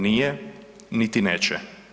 Nije niti neće.